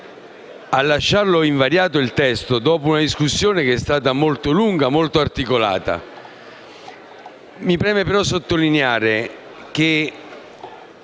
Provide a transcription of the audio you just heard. lasci invariato il testo dopo una discussione che è stata molto lunga e articolata. Mi preme però sottolineare che